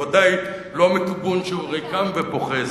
אבל ודאי לא מכיוון שהוא ריקא ופוחז.